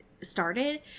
started